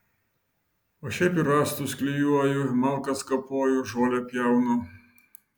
o šiaip ir rąstus klijuoju malkas kapoju žolę pjaunu